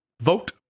Vote